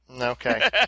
Okay